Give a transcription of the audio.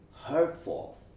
hurtful